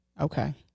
Okay